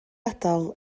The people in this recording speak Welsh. adael